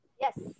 Yes